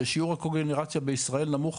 ששיעור הקוגנרציה בישראל נמוך